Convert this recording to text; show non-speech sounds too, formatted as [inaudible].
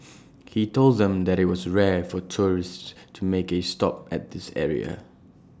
[noise] he told them that IT was rare for tourists to make A stop at this area